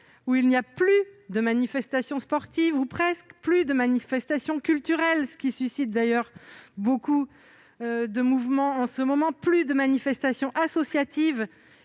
: il n'y a plus de manifestations sportives ou presque, plus de manifestations culturelles- ce qui suscite d'ailleurs beaucoup de mouvements de contestation en ce moment -, plus de manifestations associatives.